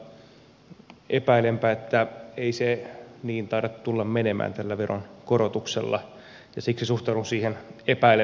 mutta epäilenpä että ei se niin taida tulla menemään tällä veronkorotuksella ja siksi suhtaudun siihen epäilevästi